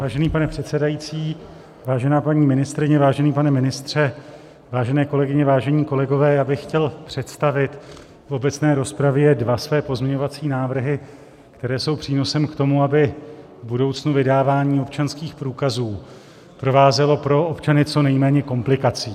Vážený pane předsedající, vážená paní ministryně, vážený pane ministře, vážené kolegyně, vážení kolegové, já bych chtěl představit v obecné rozpravě dva své pozměňovací návrhy, které jsou přínosem k tomu, aby v budoucnu vydávání občanských průkazů provázelo pro občany co nejméně komplikací.